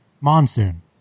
Monsoon